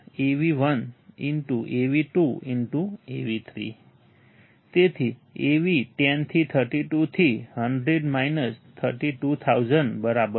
AV Av1 x Av2 x Av3 તેથી Av 10 થી 32 થી 100 - 32000 બરાબર છે